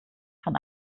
von